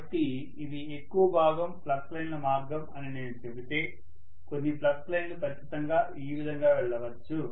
కాబట్టి ఇవి ఎక్కువ భాగం ఫ్లక్స్ లైన్ల మార్గం అని నేను చెబితే కొన్ని ఫ్లక్స్ లైన్లు ఖచ్చితంగా ఈ విధంగా వెళ్ళవచ్చు